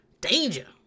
Danger